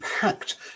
packed